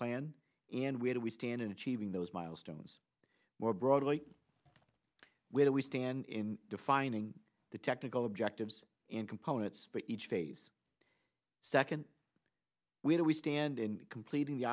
plan and where we stand in achieving those milestones more broadly when we stand in defining the technical objectives and components but each phase second we do we stand in completing the